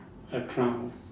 a clown